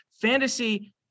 fantasy